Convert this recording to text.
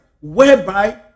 whereby